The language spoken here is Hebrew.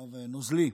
חלב נוזלי.